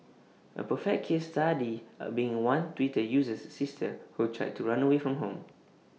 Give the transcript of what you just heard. A perfect case study are being one Twitter user's sister who tried to run away from home